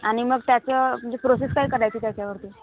आणि मग त्याचं म्हणजे प्रोसेस काय करायची त्याच्यावरती